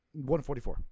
144